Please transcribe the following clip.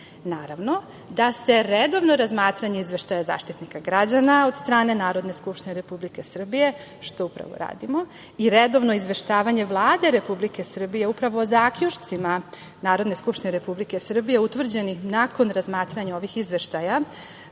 Naravno da se redovno razmatranje izveštaja Zaštitnika građana od strane Narodne skupštine Republike Srbije, što upravo radimo, i redovno izveštavanje Vlade Republike Srbije upravo o zaključcima Narodne skupštine Republike Srbije utvrđenih nakon razmatranja ovih izveštaja